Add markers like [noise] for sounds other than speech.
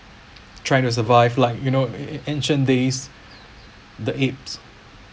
trying to survive like you know an~ancient days [breath] the apes